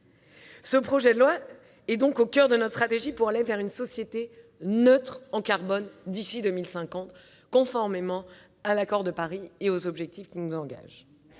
Ce projet de loi est donc au coeur de notre stratégie pour aller vers une société neutre en carbone d'ici à 2050, conformément à l'accord de Paris et aux objectifs qui nous engagent.